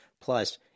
Plus –